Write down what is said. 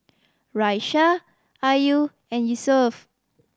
Raisya Ayu and Yusuf